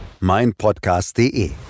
meinpodcast.de